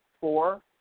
four